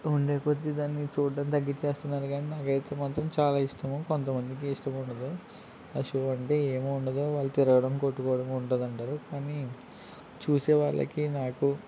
ఉండేకొద్దీ దాన్ని చూడ్డం తగ్గించేస్తున్నారు కానీ నాకైతే మాత్రం చాలా ఇష్టము కొంతమందికి ఇష్టం ఉండదు ఆ షో అంటే ఏం ఉండదు వాళ్ళు తినడం కొట్టుకోవడం ఉంటదంటారు కానీ చూసేవాళ్ళకి నాకు